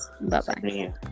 Bye-bye